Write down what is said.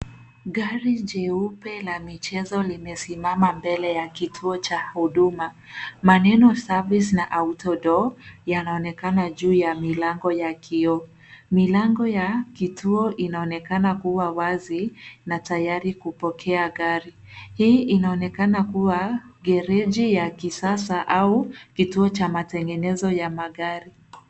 Gari jeupe la michezo, limesimama mbele ya kituo cha huduma. Maneno service na autodoor , yanaonekana juu ya milango ya kioo. Milango ya kituo inaonekana kuwa wazi na tayari kupokea gari. Hii inaonekana kuwa gereji ya kisasa au kituo cha matengenezo ya magari.